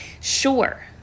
Sure